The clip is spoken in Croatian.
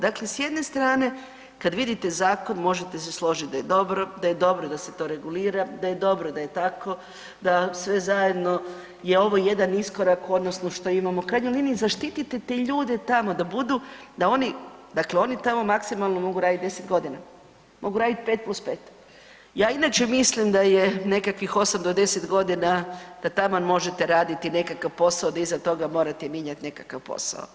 Dakle, s jedne strane kad vidite zakon možete se složit da je dobro, da je dobro da se to regulira, da je dobro da je tako, da sve zajedno je ovo jedan iskorak odnosno što imamo u krajnjoj liniji zaštititi te ljude tamo da budu, da oni, dakle oni tamo maksimalno mogu radit 10.g., mogu radit 5+5. Ja inače mislim da je nekakvih 8 do 10.g. da taman možete raditi nekakav posao da iza toga morate mijenjat nekakav posao.